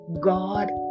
God